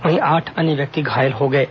वहीं आठ अन्य व्यक्ति घायल हो गए हैं